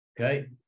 Okay